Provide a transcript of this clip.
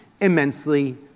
immensely